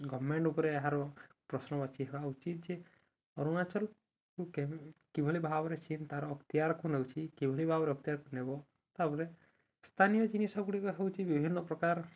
government ଉପରେ ଏହାର ପ୍ରଶ୍ନବାଚି ହେବା ଉଚିତ ଯେ ଅରୁଣାଚଳକୁ କିଭଳି ଭାବରେ ଚୀନ୍ ତା'ର ଅକ୍ତିଆରକୁ ନଉଛି କିଭଳି ଭାବରେ ଅକ୍ତିଆରକୁ ନେବ ତାପରେ ସ୍ଥାନୀୟ ଜିନିଷ ଗୁଡ଼ିକ ହେଉଛି ବିଭିନ୍ନ ପ୍ରକାର